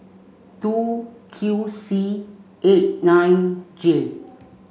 two Q C eight nine J